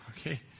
Okay